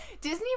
disney